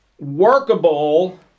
workable